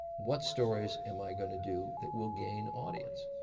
what stories am i going to do that will gain audience?